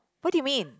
what do you mean